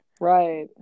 Right